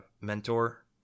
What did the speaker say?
mentor